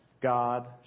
God